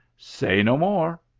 say no more!